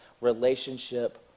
relationship